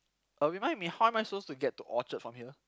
uh remind me how am I suppose to get to Orchard from here